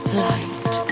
light